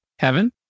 Kevin